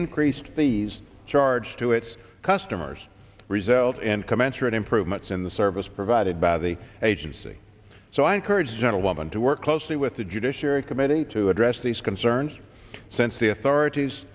increased fees charged to its customers result and commensurate improvements in the service provided by the agency so i encourage a woman to work closely with the judiciary committee to address these concerns since the authorities